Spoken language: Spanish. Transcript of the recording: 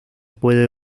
puede